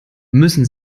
müssen